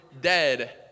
dead